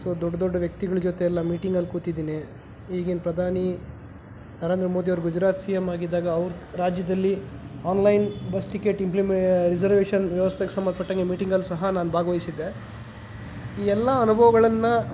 so ದೊಡ್ಡ ದೊಡ್ಡ ವ್ಯಕ್ತಿಗಳ ಜೊತೆ ಎಲ್ಲ ಮೀಟಿಂಗಲ್ಲಿ ಕೂತಿದ್ದೀನಿ ಈಗಿನ ಪ್ರಧಾನಿ ನರೇಂದ್ರ ಮೋದಿ ಅವರು ಗುಜರಾತ್ ಸಿ ಎಮ್ ಆಗಿದ್ದಾಗ ಅವರು ರಾಜ್ಯದಲ್ಲಿ online bus ticket implement reservation ವ್ಯವಸ್ಥೆಗೆ ಸಂಬಂಧಪಟ್ಟಂಗೆ ಮೀಟಿಂಗಲ್ಲಿ ಸಹಾ ನಾನು ಭಾಗವಹಿಸಿದ್ದೆ ಈ ಎಲ್ಲ ಅನುಭವಗಳನ್ನು